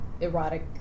erotic